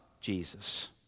Jesus